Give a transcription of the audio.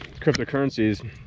cryptocurrencies